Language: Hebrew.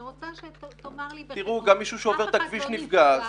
גם מי שעובר את הכביש נפגע.